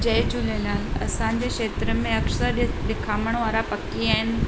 जय झूलेलाल असांजे खेत्र में अक्षरडित डिखामण वारा पखी आहिनि